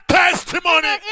testimony